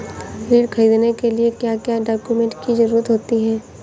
ऋण ख़रीदने के लिए क्या क्या डॉक्यूमेंट की ज़रुरत होती है?